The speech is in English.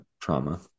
trauma